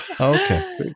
okay